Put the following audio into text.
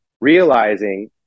realizing